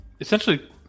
essentially